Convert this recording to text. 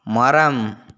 மரம்